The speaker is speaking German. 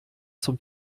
zum